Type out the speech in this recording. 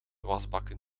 wasbakken